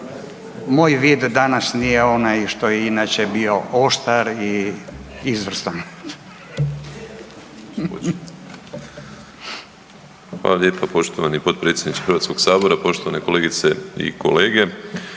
moj vid danas nije onaj što je inače bio oštar i izvrstan. **Habijan, Damir (HDZ)** Hvala lijepo poštovani potpredsjedniče Hrvatskog sabora. Poštovane kolegice i kolege,